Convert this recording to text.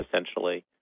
essentially